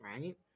Right